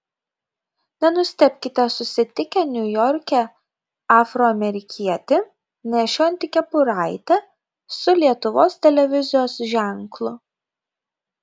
nenustebkite susitikę niujorke afroamerikietį nešiojantį kepuraitę su lietuvos televizijos ženklu